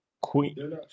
Queen